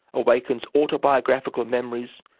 awakens autobiographical memories,